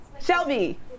Shelby